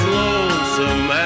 lonesome